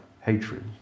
hatred